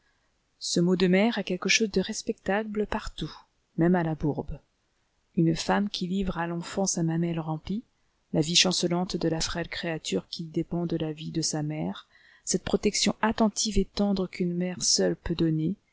ce mot de mère a quelque chose de respectable partout même à la bourbe une femme qui livre à l'enfant sa mamelle remplie la vie chancelante de la frêle créature qui dépend de la vie de sa mère cette protection attentive et tendre qu'une mère seule peut donner